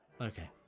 Okay